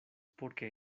porque